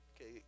Okay